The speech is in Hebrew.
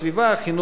חינוך,